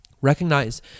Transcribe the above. recognize